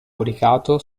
coricato